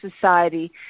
society